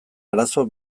arazo